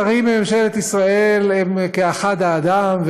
שרים בממשלת ישראל הם כאחד האדם,